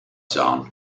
zone